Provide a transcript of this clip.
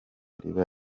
riba